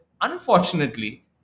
unfortunately